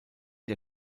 der